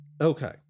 Okay